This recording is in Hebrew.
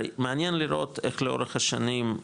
הרי מעניין לראות, איך לאורך השנים,